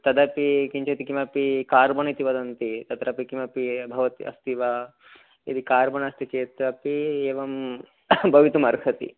तदपि किञ्चित् किमपि कार्बन् इति वदन्ति तत्रापि किमपि भवत् अस्ति वा यदि कार्बन् अस्ति चेत् अपि एवं भवितुमर्हति